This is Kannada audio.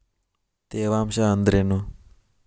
ತೇವಾಂಶ ಅಂದ್ರೇನು?